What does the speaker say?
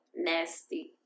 Nasty